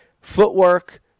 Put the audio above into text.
footwork